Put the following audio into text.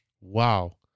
wow